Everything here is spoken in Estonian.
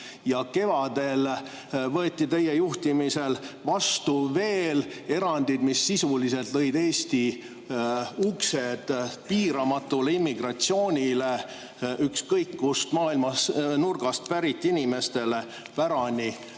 ja kevadel võeti teie juhtimisel vastu veel erandeid, mis sisuliselt lõid Eesti uksed piiramatule immigratsioonile, ükskõik kust maailmanurgast pärit inimestele pärani